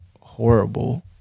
horrible